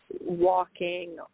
walking